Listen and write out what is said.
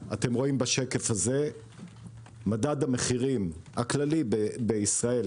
אתם רואים בשקף הזה שמדד המחירים הכללי בישראל,